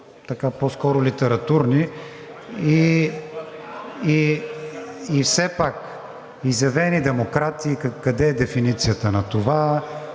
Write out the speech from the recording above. по-скоро литературни. Все пак „изявени демократи“ – къде е дефиницията на това,